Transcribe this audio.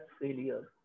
failures